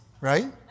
right